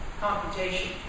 computation